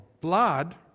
Blood